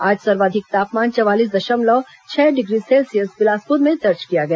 आज सर्वाधिक तापमान चवालीस दशमलव छह डिग्री सेल्सियस बिलासपुर में दर्ज किया गया